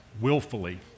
willfully